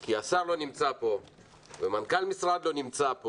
כי השר לא נמצא פה ומנכ"ל משרד לא נמצא,